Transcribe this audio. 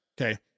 Okay